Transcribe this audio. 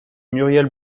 muriel